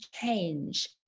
change